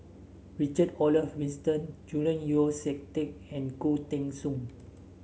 Richard Olaf Winstedt Julian Yeo See Teck and Khoo Teng Soon